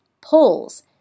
polls